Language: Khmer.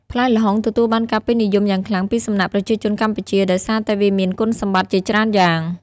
ផ្លែល្ហុងទទួលបានការពេញនិយមយ៉ាងខ្លាំងពីសំណាក់ប្រជាជនកម្ពុជាដោយសារតែវាមានគុណសម្បត្តិជាច្រើនយ៉ាង។